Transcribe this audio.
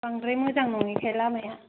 बांद्राय मोजां नङैखाय लामाया